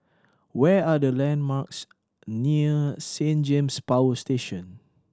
where are the landmarks near Saint James Power Station